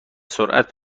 سرعت